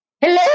Hello